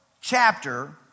chapter